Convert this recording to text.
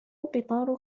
القطار